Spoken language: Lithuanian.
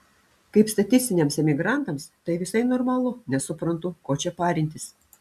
kaip statistiniams emigrantams tai visai normalu nesuprantu ko čia parintis